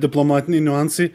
diplomatiniai niuansai